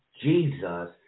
Jesus